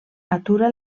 atura